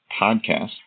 podcast